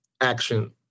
action